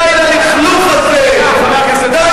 די ללכלוך הזה, די